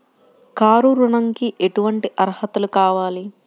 Car ఋణంకి ఎటువంటి అర్హతలు కావాలి?